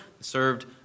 served